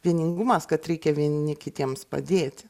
vieningumas kad reikia vieni kitiems padėti